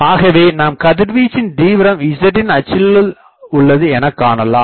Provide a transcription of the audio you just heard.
ஆகவே நாம் கதிர்வீச்சின் தீவிரம் zஅச்சில் உள்ளது என காணலாம்